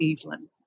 Evelyn